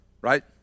right